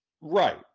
Right